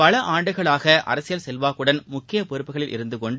பல ஆண்டுகளாக அரசியல் செல்வாக்குடன் முக்கிய பொறப்புகளில் இருந்து கொண்டு